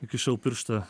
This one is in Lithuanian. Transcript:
įkišau pirštą